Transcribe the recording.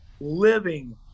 living